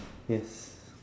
yes